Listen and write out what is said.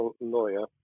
lawyer